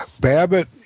Babbitt